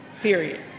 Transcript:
Period